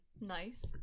Nice